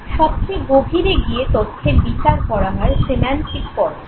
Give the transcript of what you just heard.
সবচেয়ে গভীরে গিয়ে তথ্যের বিচার করা হয় সিম্যান্টিক পর্যায়ে